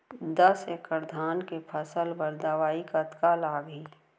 दस एकड़ धान के फसल बर दवई कतका लागही?